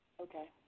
Okay